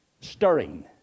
stirring